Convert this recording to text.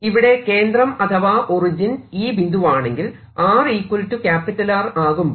ഇവിടെ കേന്ദ്രം അഥവാ ഒറിജിൻ ഈ ബിന്ദുവാണെങ്കിൽ rR ആകുമ്പോൾ പോട്ടെൻഷ്യൽ സീറോ